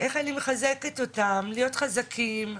אני מחזקת אותן להיות חזקות,